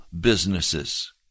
businesses